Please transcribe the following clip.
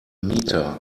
meter